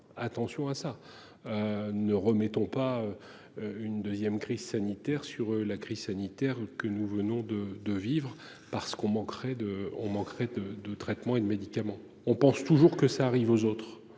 Attention à ça. Ne remettons pas. Une 2ème crise sanitaire sur la crise sanitaire que nous venons de de vivre parce qu'on manquerait de on manquerait de de traitement et de médicaments, on pense toujours que ça arrive aux autres,